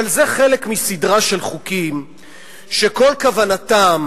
אבל זה חלק מסדרה של חוקים שכל כוונתם